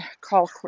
call